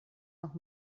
noch